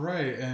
Right